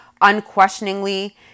unquestioningly